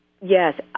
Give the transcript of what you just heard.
Yes